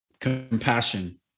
compassion